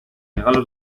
regalos